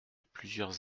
plusieurs